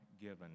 given